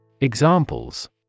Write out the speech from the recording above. Examples